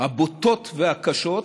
הבוטות והקשות,